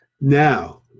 Now